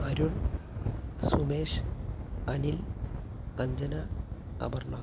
Arun Sumesh Anil Anjana Aparna